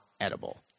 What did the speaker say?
edible